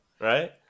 Right